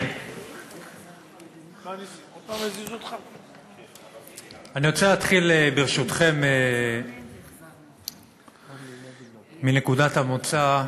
אני רוצה להתחיל, ברשותכם, בנקודת המוצא,